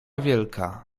wielka